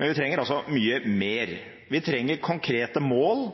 men vi trenger altså mye mer. Vi trenger konkrete mål